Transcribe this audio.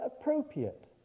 appropriate